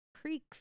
Creek